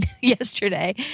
yesterday